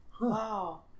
Wow